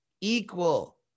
equal